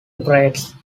operates